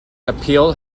appeal